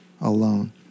alone